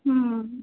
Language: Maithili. हूँ